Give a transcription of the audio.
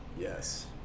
Yes